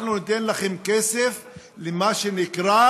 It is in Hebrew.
אנחנו ניתן לכם כסף למה שנקרא